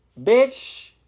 Bitch